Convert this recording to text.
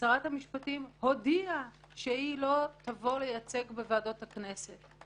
שרת המשפטים הודיעה שהיא לא תבוא לייצג בוועדות הכנסת.